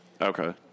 Okay